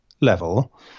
level